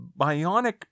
bionic